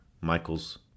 Michael's